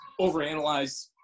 overanalyze